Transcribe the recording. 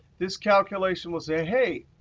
this calculation will say hey,